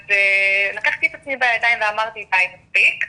אז לקחתי את עצמי בידיים ואמרתי, די מספיק,